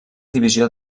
divisió